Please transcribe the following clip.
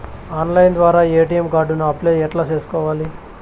Online ద్వారా ATM card కు apply ఎట్లా సేసుకోవాలి?